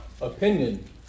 opinion